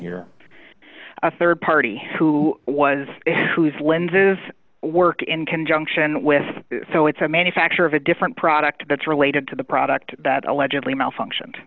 here a rd party who was whose lenses work in conjunction with so it's a manufacturer of a different product that's related to the product that allegedly malfunctioned